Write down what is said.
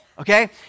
Okay